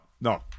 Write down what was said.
No